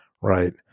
Right